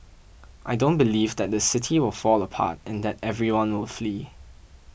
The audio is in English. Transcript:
I don't believe that the city will fall apart and that everyone will flee